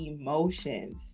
emotions